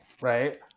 Right